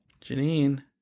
Janine